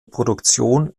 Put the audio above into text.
produktion